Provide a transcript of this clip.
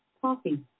coffee